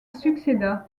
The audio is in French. succéda